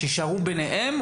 שיישארו ביניהם,